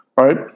right